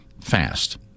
fast